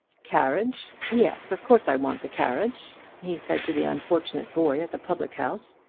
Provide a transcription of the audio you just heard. carriage yes of course i want the carriage, he said to the unfortunate boy at the public-house.